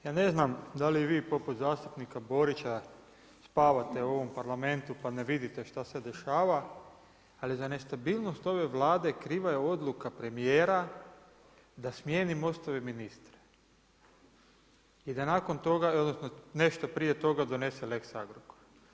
Ja ne znam da li vi poput zastupnika Borića spavate u ovom Parlamentu pa ne vidite šta se dešava, ali za nestabilnost ove Vlade kriva je odluka premijera da smijeni Most-ove ministre i da nakon toga odnosno nešto prije toga donese Lex Agrokor.